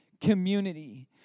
community